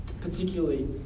Particularly